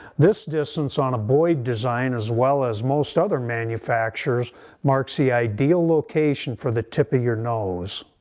this distance on a boyd design as well as most other manufactures marks the ideal location for the tip of your nose.